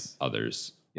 Others